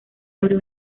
abrió